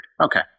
Okay